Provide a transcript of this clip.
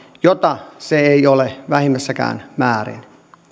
jota se ei ole vähimmässäkään määrin